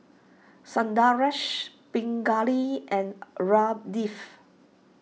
Sundaresh Pingali and Ramdev